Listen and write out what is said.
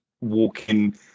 walking